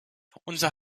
unser